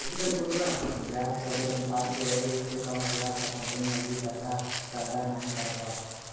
ब्याज कवरेज अनुपात एक से कम होला त कंपनी नकदी पैदा नाहीं करत हौ